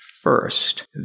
First